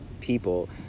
people